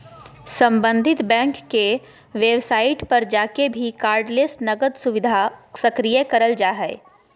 सम्बंधित बैंक के वेबसाइट पर जाके भी कार्डलेस नकद सुविधा सक्रिय करल जा हय